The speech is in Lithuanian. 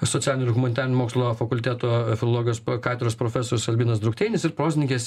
socialinių ir humanitarinių mokslų fakulteto filologijos katedros profesorius albinas drukteinis ir prozininkės